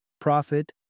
profit